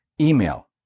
email